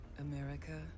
America